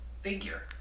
figure